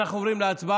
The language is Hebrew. אנחנו עוברים להצבעה.